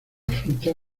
fruta